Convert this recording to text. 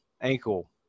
ankle